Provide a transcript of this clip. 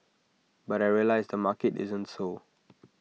but I realised the market isn't so